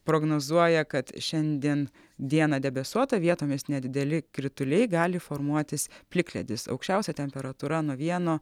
prognozuoja kad šiandien dieną debesuota vietomis nedideli krituliai gali formuotis plikledis aukščiausia temperatūra nuo vieno